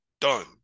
Done